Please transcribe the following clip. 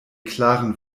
klaren